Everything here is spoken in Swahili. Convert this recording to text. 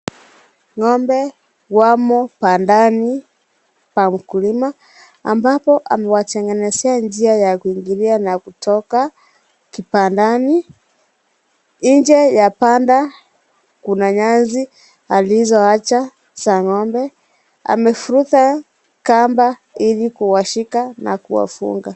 Ng'ombe wamo bandani pa mkulima ambapo amewatengenezea njia ya kuingilia na kutoka kibandani. Nje ya banda kuna nyasi alizoacha za ng'ombe. Amevuruta kamba ili kuwashika na kuwafunga.